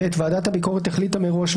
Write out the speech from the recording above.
(ב) ועדת הביקורת החליטה מראש,